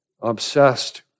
obsessed